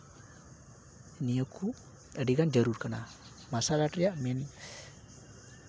ᱱᱤᱭᱟᱹ ᱠᱩ ᱟᱹᱰᱤᱜᱟᱱ ᱡᱟᱹᱨᱩᱲ ᱠᱟᱱᱟ ᱢᱟᱨᱥᱟᱞ ᱟᱨᱴᱥ ᱨᱮᱭᱟᱜ ᱢᱮᱱ